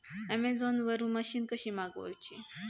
Amazon वरन machine कशी मागवची?